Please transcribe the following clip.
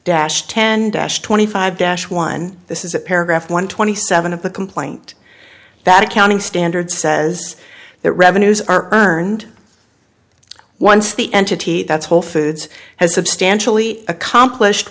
dash ten dash twenty five dash one this is a paragraph one twenty seven of the complaint that accounting standard says that revenues are earned once the entity that's whole foods has substantially accomplished